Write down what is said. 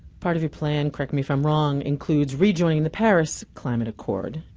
part of your plan, correct me if i'm wrong, includes rejoining the paris climate accord.